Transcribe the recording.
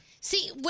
See